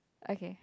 okay